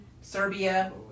Serbia